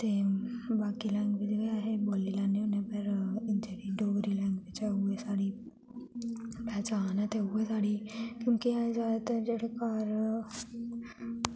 ते बाकी लैंग्वेज़ गै अस बोली लैने होने आं फिर जेह्ड़ी डोगरी लैंग्वेज़ ऐ उ'ऐ साढ़ी पह्चान ऐ ते उ'ऐ साढ़ी क्योंकि अस जादातर जेह्दे कारण